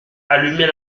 allumer